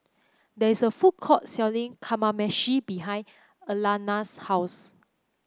there's a food court selling Kamameshi behind Alayna's house